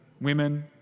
women